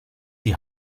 die